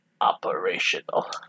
operational